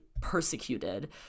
persecuted